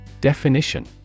Definition